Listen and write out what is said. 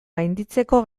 gainditzeko